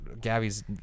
Gabby's